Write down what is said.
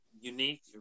unique